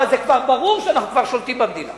אבל כבר ברור שאנחנו שולטים במדינה.